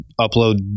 upload